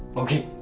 okay!